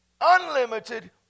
unlimited